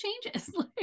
changes